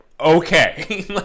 okay